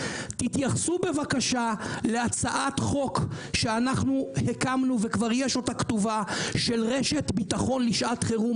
תתייחסו בבקשה להצעת החוק שאנחנו כתבנו על רשת ביטחון לשעת חירום,